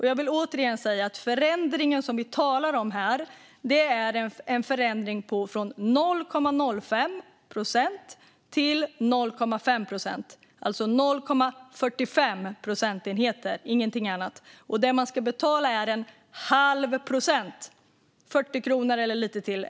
Jag vill återigen säga att den förändring som vi talar om här är en förändring från 0,05 procent till 0,5 procent. Det är alltså en förändring på 0,45 procentenheter, ingenting annat. Det man ska betala är en halv procent - 40 kronor eller lite till.